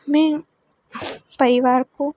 मैं परिवार को